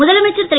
முதலமைச்சர் திரு